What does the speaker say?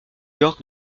york